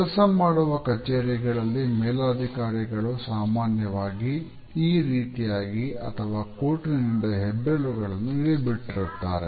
ಕೆಲಸ ಮಾಡುವ ಕಚೇರಿಗಳಲ್ಲಿ ಮೇಲಾಧಿಕಾರಿಗಳು ಸಾಮಾನ್ಯವಾಗಿ ಈ ರೀತಿಯಾಗಿ ಅಥವಾ ಕೋಟಿನಿಂದ ಹೆಬ್ಬೆರಳುಗಳನ್ನು ಇಳಿಬಿಟ್ಟಿರುತ್ತಾರೆ